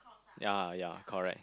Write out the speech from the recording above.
ya ya correct